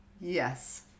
yes